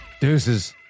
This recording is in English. Deuces